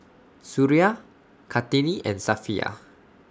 Suria Kartini and Safiya